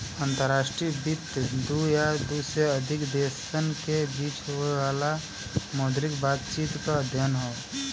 अंतर्राष्ट्रीय वित्त दू या दू से अधिक देशन के बीच होये वाला मौद्रिक बातचीत क अध्ययन हौ